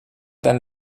than